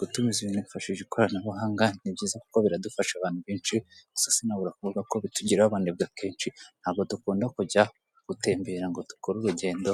Gutumiza ibintu dukoresheje ikoranabuhanga ni byiza kuko biradufasha abantu benshi gusa sinabura kuvuga ko bitugira abanebwe akenshi ntabwo dukunda kujya gutembera ngo dukore urugendo